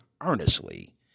earnestly